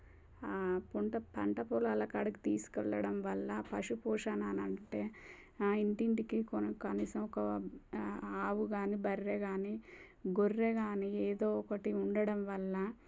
పొంట పంట పొలాల కాడికి తీసుకెళ్ళడం వల్ల పశుపోషణ అనంటే ఇంటింటికి కనీసం ఒక ఆవు కానీ బర్రె కానీ గొర్రె కానీ ఏదో ఒకటి ఉండడం వల్ల